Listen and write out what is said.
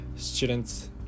students